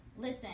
Listen